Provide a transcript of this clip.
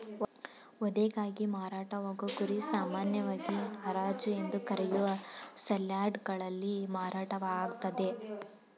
ವಧೆಗಾಗಿ ಮಾರಾಟವಾಗೋ ಕುರಿ ಸಾಮಾನ್ಯವಾಗಿ ಹರಾಜು ಎಂದು ಕರೆಯೋ ಸೇಲ್ಯಾರ್ಡ್ಗಳಲ್ಲಿ ಮಾರಾಟ ಆಗ್ತದೆ